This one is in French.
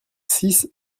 six